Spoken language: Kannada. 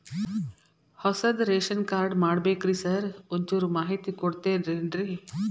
ಹೊಸದ್ ರೇಶನ್ ಕಾರ್ಡ್ ಮಾಡ್ಬೇಕ್ರಿ ಸಾರ್ ಒಂಚೂರ್ ಮಾಹಿತಿ ಕೊಡ್ತೇರೆನ್ರಿ?